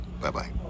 bye-bye